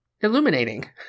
illuminating